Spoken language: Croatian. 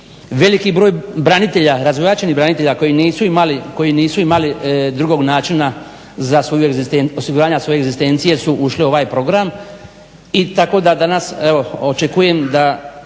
branitelja, razgolačenih branitelja koji nisu imali drugog načina za osiguranje svoje egzistencije su ušli u ovaj program. Tako da danas očekujem